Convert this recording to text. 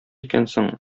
икәнсең